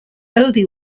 obi